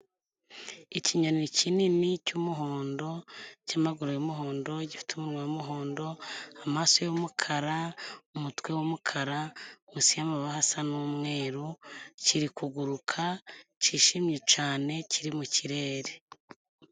Ikinyoni kinini cy'umuhondo cy'amaguru y'umuhondo gifite umunwa w'umuhondo, amaso y'umukara, umutwe w'umukara munsi ya mababa hasa n'umweru kiri kuguruka kishimye cyane kiri mu kirere.